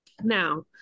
Now